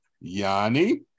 yanni